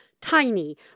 tiny